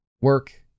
Work